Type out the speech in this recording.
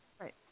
Right